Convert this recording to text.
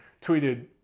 tweeted